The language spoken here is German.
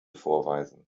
vorweisen